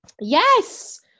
Yes